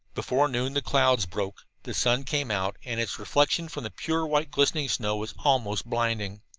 before noon the clouds broke, the sun came out, and its reflection from the pure white glistening snow was almost blinding.